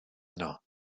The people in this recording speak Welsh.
yno